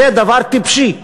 זה דבר טיפשי.